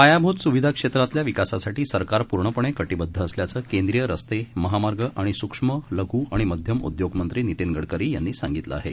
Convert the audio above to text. पायाभूतस्विधाक्षेत्रातल्याविकासासाठीसरकारपूर्णपणेकटीबद्धअसल्याचकेंद्रीयरस्ते महामार्गआणिसूक्ष्म लघ्आणिमध्यमउद्योगमंत्रीनितिनगडकरीयांनीसांगितलआहे